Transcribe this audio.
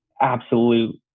absolute